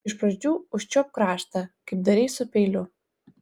iš pradžių užčiuopk kraštą kaip darei su peiliu